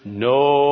no